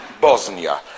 Bosnia